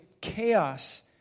chaos